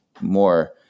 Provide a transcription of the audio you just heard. more